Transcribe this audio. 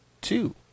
two